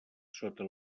sota